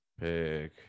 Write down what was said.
pick